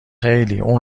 اون